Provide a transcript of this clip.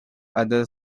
other